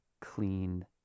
clean